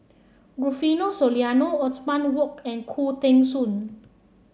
Rufino Soliano Othman Wok and Khoo Teng Soon